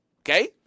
okay